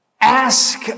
Ask